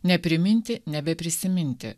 nepriminti nebeprisiminti